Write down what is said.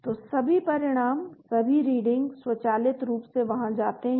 तो सभी परिणाम सभी रीडिंग स्वचालित रूप से वहाँ जाते हैं